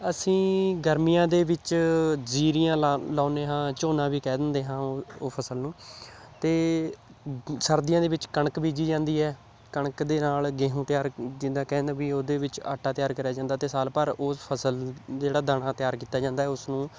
ਅਸੀਂ ਗਰਮੀਆਂ ਦੇ ਵਿੱਚ ਜੀਰੀਆਂ ਲਾਉਂਦੇ ਹਾਂ ਝੋਨਾ ਵੀ ਕਹਿ ਦਿੰਦੇ ਹਾਂ ਓ ਉਹ ਫਸਲ ਨੂੰ ਅਤੇ ਸਰਦੀਆਂ ਦੇ ਵਿੱਚ ਕਣਕ ਬੀਜੀ ਜਾਂਦੀ ਹੈ ਕਣਕ ਦੇ ਨਾਲ ਗੇਹੂੰ ਤਿਆਰ ਜਿੱਦਾਂ ਕਹਿ ਦਿੰਦੇ ਵੀ ਉਹਦੇ ਵਿੱਚ ਆਟਾ ਤਿਆਰ ਕਰਿਆ ਜਾਂਦਾ ਅਤੇ ਸਾਲ ਭਰ ਉਸ ਫ਼ਸਲ ਜਿਹੜਾ ਦਾਣਾ ਤਿਆਰ ਕੀਤਾ ਜਾਂਦਾ ਹੈ ਉਸ ਨੂੰ